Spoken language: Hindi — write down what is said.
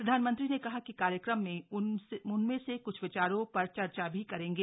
प्रधानमंत्री ने कहा कि कार्यक्रम में उनमें से कुछ विचारों पर चर्चा भी करेंगे